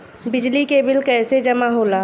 बिजली के बिल कैसे जमा होला?